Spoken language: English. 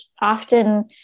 often